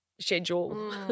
schedule